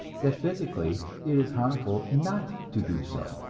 that physically it is harmful not to do so.